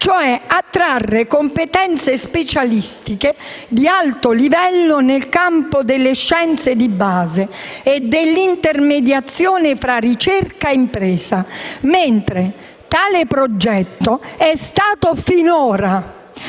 cioè attrarre competenze specialistiche di alto livello nel campo delle scienze di base e dell'intermediazione fra ricerca e impresa. Tale progetto, però, è stato finora